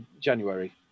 January